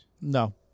No